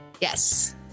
Yes